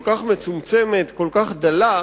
כל כך מצומצמת, כל כך דלה,